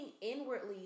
inwardly